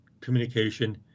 communication